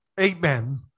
amen